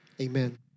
Amen